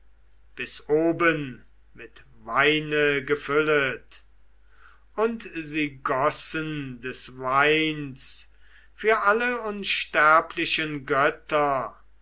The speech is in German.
bis oben mit weine gefüllet und sie gossen des weins für alle unsterblichen götter